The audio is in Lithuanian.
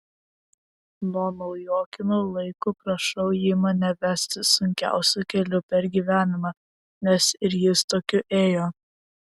nuo naujokyno laikų prašau jį mane vesti sunkiausiu keliu per gyvenimą nes ir jis tokiu ėjo